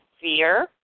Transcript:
fear